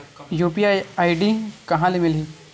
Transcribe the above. UPI ID कहां ले मिलही?